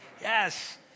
Yes